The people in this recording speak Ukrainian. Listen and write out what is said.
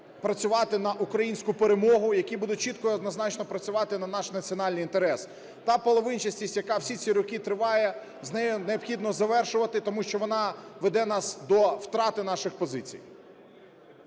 працювати на українську перемогу, які будуть чітко і однозначно працювати на наш національний інтерес. Та половинчастість, яка всі ці роки триває, з нею необхідно завершувати, тому що вона веде нас до втрати наших позицій.